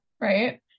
right